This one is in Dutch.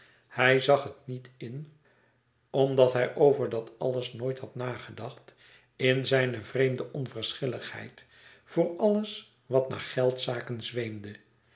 hij zag het niet in omdat hij over dat alles nooit had nagedacht in zijne vreemde onverschilligheid voor alles wat naar geldzaken zweemde